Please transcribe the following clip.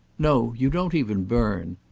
no you don't even burn.